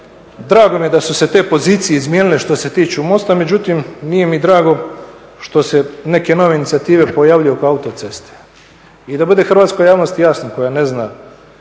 drago mi je da su se te pozicije izmijenile što se tiču mosta, međutim nije mi drago što se neke nove inicijative pojavljuju oko autoceste. I da bude hrvatskoj javnosti jasno, koja ne zna